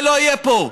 זה לא יהיה פה.